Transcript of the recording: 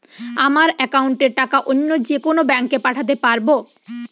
আমার একাউন্টের টাকা অন্য যেকোনো ব্যাঙ্কে পাঠাতে পারব?